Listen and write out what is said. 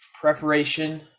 Preparation